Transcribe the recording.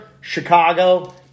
Chicago